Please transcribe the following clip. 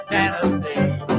Tennessee